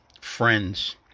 friends